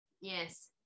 Yes